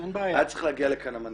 היה צריך להגיע לכאן המנכ"ל.